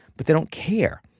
but they don't care.